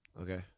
Okay